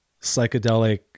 psychedelic